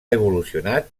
evolucionat